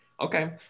Okay